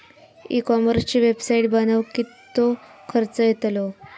E कॉमर्सची website बनवक किततो खर्च येतलो?